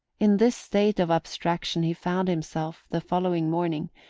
in this state of abstraction he found himself, the following morning,